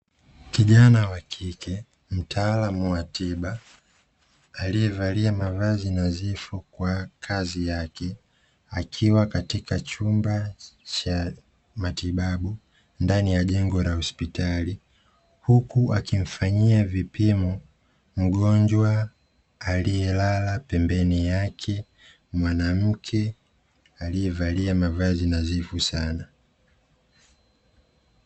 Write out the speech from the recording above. Kijana wa kike mtaalam wa tiba aliyevalia mavazi nadhifu kwa kazi yake akiwa katika chumba cha matibabu ndani ya jengo la hospitali huku wakimfanyia vipimo mgonjwa aliyelala pembeni yake mwanamke aliyevalia mavazi nadhifu sana.